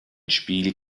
spiel